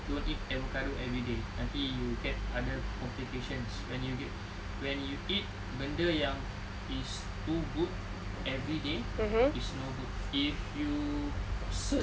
don't eat avocado everyday nanti you get other complications when you get when you eat benda yang is too good everyday is no good if you search